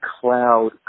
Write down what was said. cloud